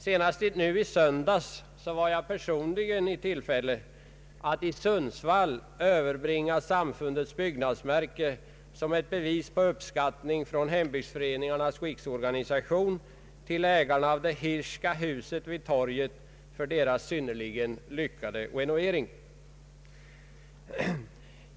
Senast i söndags var jag personligen i tillfälle att i Sundsvall överbringa samfundets byggnadsmärke som ett bevis på uppskattning från Hembygdsföreningarnas riksorganisation till ägarna av det Hirschska huset vid torget för deras synnerligen lyckade renovering.